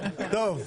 טוב,